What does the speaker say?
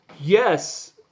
Yes